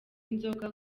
inzoga